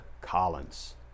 Collins